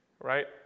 right